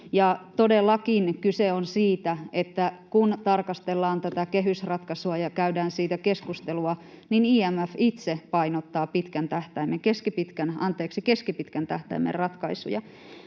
todellakin kyse on siitä, kun tarkastellaan tätä kehysratkaisua ja käydään siitä keskustelua, että IMF itse painottaa keskipitkän tähtäimen ratkaisuja.